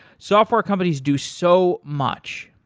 software companies do so much.